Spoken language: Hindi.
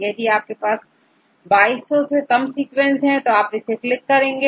यदि आपके पास2200 से कम सीक्वेंस है तो आप इसे क्लिक करेंगे